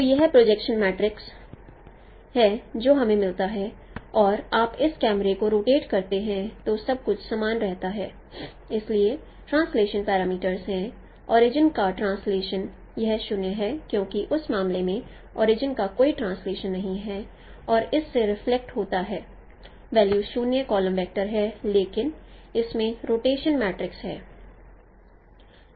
तो यह projection matrix है जो हमें मिलता है और जब आप इस कैमरे को रोटेट करते हैं तो सब कुछ समान रहता है इसलिए ट्रांसलेशन परामीटर्स है ओरिजिन का ट्रांसलेशन यह 0 है क्योंकि उस मामले में ओरिजिन का कोई ट्रांसलेशन नहीं है और इस से रिफ्लेक्ट होता है वल्यू 0 कॉलम वेक्टर है लेकिन इसमें रोटेशन मैट्रिक्स है